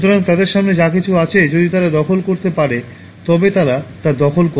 সুতরাং তাদের সামনে যা কিছু আছে যদি তারা দখল করতে পারে তবে তারা তা দখল করে